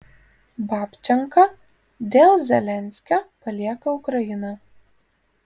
babčenka dėl zelenskio palieka ukrainą